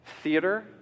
Theater